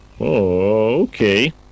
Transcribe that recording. Okay